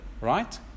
Right